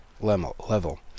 level